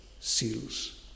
seals